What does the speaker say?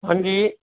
ਹਾਂਜੀ